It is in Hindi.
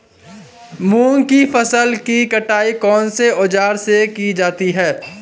मूंग की फसल की कटाई कौनसे औज़ार से की जाती है?